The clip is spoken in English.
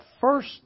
First